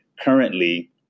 currently